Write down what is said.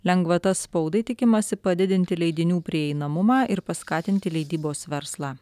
lengvata spaudai tikimasi padidinti leidinių prieinamumą ir paskatinti leidybos verslą